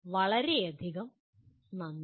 വളരെയധികം നന്ദി